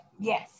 yes